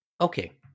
Okay